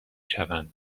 شوند